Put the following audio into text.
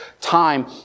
time